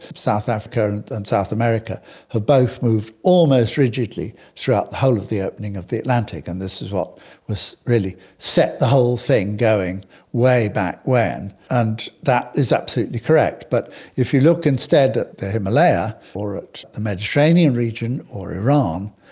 south africa and south america have both moved almost rigidly throughout the whole of the opening of the atlantic, and this is what really set the whole thing going way back when, and that is absolutely correct. but if you look instead at the himalaya or at the mediterranean region or iran,